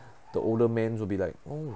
the older mans will be like oh